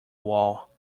wall